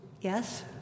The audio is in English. Yes